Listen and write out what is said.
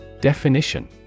Definition